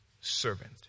servant